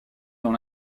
dans